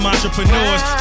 entrepreneurs